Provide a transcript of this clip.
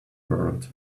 world